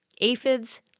aphids